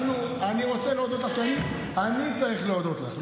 אני רוצה להודות לך כי אני צריך להודות לך,